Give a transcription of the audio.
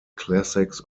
classics